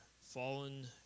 fallen